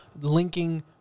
linking